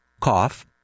cough